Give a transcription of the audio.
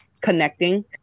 connecting